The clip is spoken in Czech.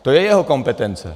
To je jeho kompetence.